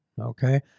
Okay